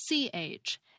CH